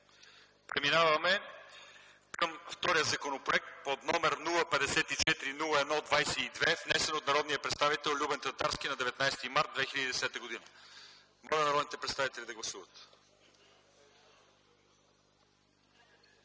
Преминаваме към втория законопроект -№ 054-01-22, внесен от народния представител Любен Татарски на 19 март 2010 г. Моля народните представители да гласуват.